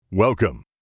Welcome